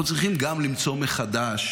אנחנו צריכים גם למצוא מחדש